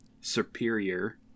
superior